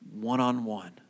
One-on-one